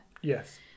Yes